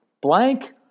blank